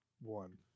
one